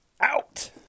out